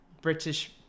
British